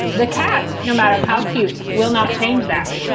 the cat, no matter how cute, will not change that.